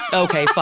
ok, fine.